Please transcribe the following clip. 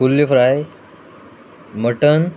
कुल्ल्यो fry mutton